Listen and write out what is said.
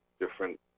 different